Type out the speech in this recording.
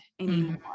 anymore